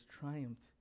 triumphed